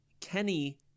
Kenny